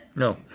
no.